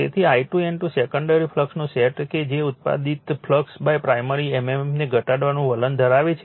તેથી I2 N2 secondary ફ્લક્સનો set કે જે ઉત્પાદિત ફ્લક્સ પ્રાઇમરી mmf ને ઘટાડવાનું વલણ ધરાવે છે